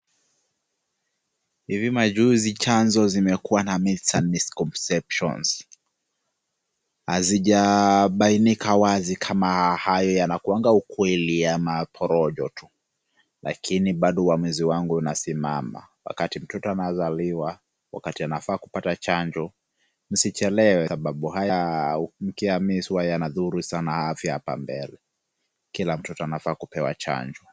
Hivi majuzi chanjo zimekua na Myths na Misconceptions . Hazijabainika wazi kama hayo yanakuwanga ukweli ama porojo tu, lakini bado uamuzi wangu bado unasimama. Wakati mtoto anazaliwa, wakati anafaa kupata chanjo, msichelewa kwa sababu haya ukiyamiss yanadhuru sana afya hapa mbele. Kila mtoto anafaa kupewa chanjo.